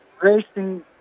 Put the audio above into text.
racing